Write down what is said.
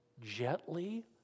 gently